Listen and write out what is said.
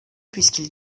puisqu’il